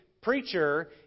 preacher